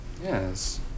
yes